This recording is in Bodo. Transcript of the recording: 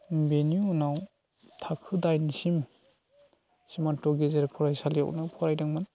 बेनि उनाव थाखो दाइनसिम सिमान्त गेजेर फरायसालियावनो फरायदोंमोन